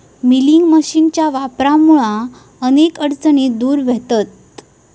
milking मशीनच्या वापरामुळा अनेक अडचणी दूर व्हतहत